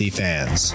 fans